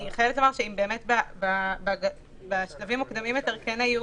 אני חייבת לומר שאם בשלבים מוקדמים יותר היו